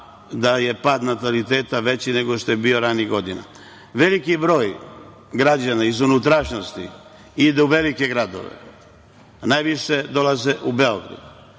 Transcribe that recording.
da je pad nataliteta veći nego što je bio ranijih godina. Veliki broj građana iz unutrašnjosti ide u velike gradove, a najviše dolaze u Beograd